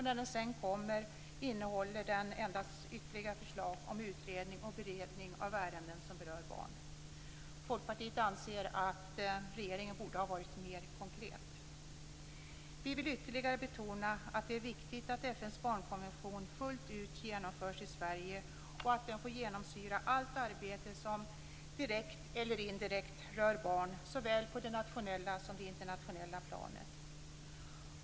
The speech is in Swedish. När den sedan kom innehöll den endast ytterligare förslag om utredning och beredning av ärenden som berör barn. Folkpartiet anser att regeringen borde ha varit mer konkret. Vi vill ytterligare betona att det är viktigt att FN:s barnkonvention fullt ut genomförs i Sverige och att den får genomsyra allt arbete som direkt eller indirekt rör barn, såväl på det nationella som det internationella planet.